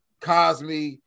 Cosme